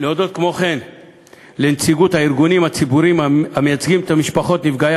להודות לנציגות הארגונים הציבוריים המייצגים את משפחות נפגעי